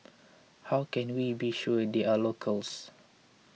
how can we be sure they are locals